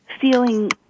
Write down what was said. feeling